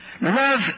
love